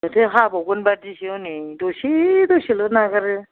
माथो हाबावगोन बायदिसो हनै दसे दसेल' नागारो